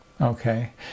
Okay